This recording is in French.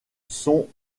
sont